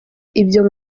ibyo